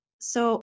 so-